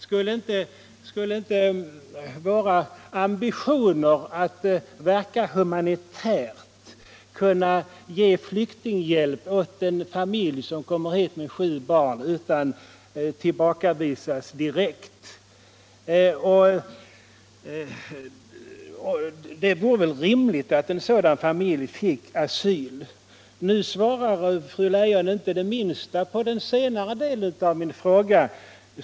Skulle inte våra ambitioner att verka humanitärt kunna ge flykunghjälp åt en familj med sju barn som kommer hit. så att familjen inte behövde tillbakavisas direkt? Det vore väl rimligt att en sådan familj fick asyl! Nu svarar inte fru Leijon det minsta på den senare delen av min fråga.